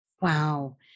Wow